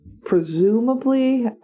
Presumably